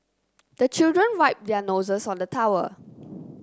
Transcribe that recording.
the children wipe their noses on the towel